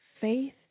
Faith